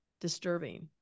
disturbing